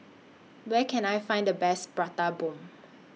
Where Can I Find The Best Prata Bomb